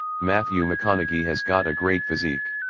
matthew mcconaughey has got a great physique.